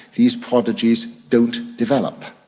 these prodigies don't develop,